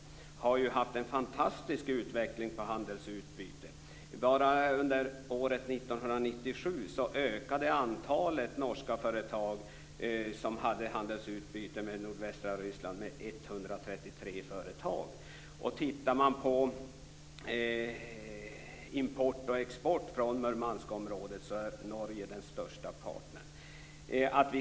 Man har ju haft en fantastisk utveckling i fråga om handelsutbyte. Bara under 1997 ökade antalet norska företag som hade handelsutbyte med nordvästra Ryssland med 133 stycken. Och när det gäller import från och export till Murmanskområdet är Norge den största partnern.